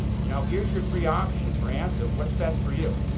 you know, here's your three options for anthem. what's best for you?